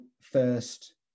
first